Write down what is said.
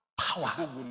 power